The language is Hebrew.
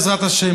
בעזרת השם,